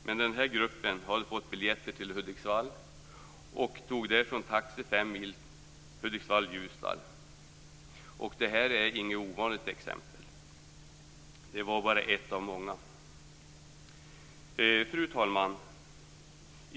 Men den här gruppen hade fått biljetter till Hudiksvall och tog därifrån taxi de fem milen mellan Hudiksvall och Ljusdal. Det här är inget ovanligt exempel. Fru talman!